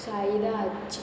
Sairaj